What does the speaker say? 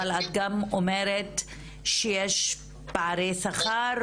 אבל את גם אומרת שיש פערי שכר,